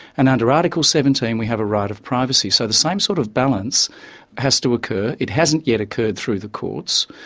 and under article seventeen we have a right of privacy, so the same sort of balance has to occur. it hasn't yet occurred through the courts,